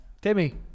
Timmy